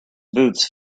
boots